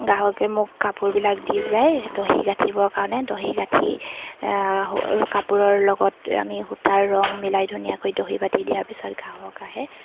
গ্ৰাহকে মোক কাপোৰবিলাক দি যায় দহি গাঁঠিবৰ কাৰণে দহি গাঁঠি কাপোৰৰ লগত আমি সূতাৰ ৰং মিলাই ধুনীয়াকৈ দহি বাতি দিয়াৰ পিছত গ্ৰাহক আহে